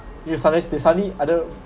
you suddenly they suddenly other